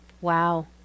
Wow